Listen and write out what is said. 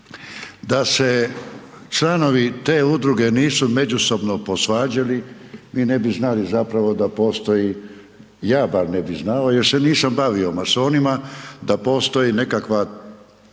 da se članovi te udruge nisu međusobno posvađali, vi ne bi znali zapravo da postoji, ja bar ne bi znao jer se nisam bavio masonima, da postoji nekakva